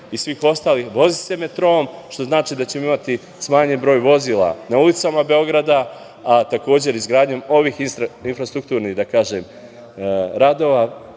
u budućnosti voziti metroom, što znači da ćemo imati smanjen broj vozila na ulicama Beograda, a takođe izgradnjom ovih infrastrukturnih radova,